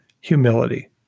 humility